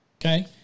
okay